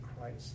Christ